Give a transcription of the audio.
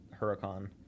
Huracan